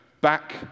Back